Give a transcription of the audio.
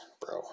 bro